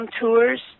tours